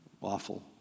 awful